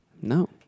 No